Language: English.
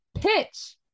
pitch